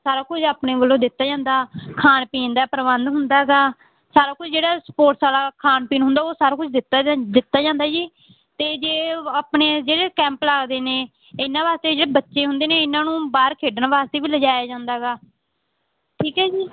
ਸਾਰਾ ਕੁਝ ਆਪਣੇ ਵੱਲੋਂ ਦਿੱਤਾ ਜਾਂਦਾ ਖਾਣ ਪੀਣ ਦਾ ਪ੍ਰਬੰਧ ਹੁੰਦਾ ਗਾ ਸਾਰਾ ਕੁਝ ਜਿਹੜਾ ਸਪੋਰਟਸ ਵਾਲਾ ਖਾਣ ਪੀਣ ਹੁੰਦਾ ਉਹ ਸਾਰਾ ਕੁਝ ਦਿੱਤਾ ਜਾ ਦਿੱਤਾ ਜਾਂਦਾ ਜੀ ਅਤੇ ਜੇ ਆਪਣੇ ਜਿਹੜੇ ਕੈਂਪ ਲੱਗਦੇ ਨੇ ਇਹਨਾਂ ਵਾਸਤੇ ਜਿਹੜੇ ਬੱਚੇ ਹੁੰਦੇ ਨੇ ਇਹਨਾਂ ਨੂੰ ਬਾਹਰ ਖੇਡਣ ਵਾਸਤੇ ਵੀ ਲਿਜਾਇਆ ਜਾਂਦਾ ਗਾ ਠੀਕ ਹੈ ਜੀ